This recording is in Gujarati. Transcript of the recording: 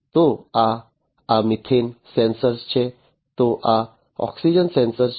તો આ આ મિથેન સેન્સર છે તો આ ઓક્સિજન સેન્સર છે